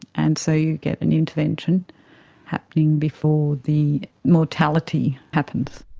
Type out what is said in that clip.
and so you get an intervention happening before the mortality happens.